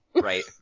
Right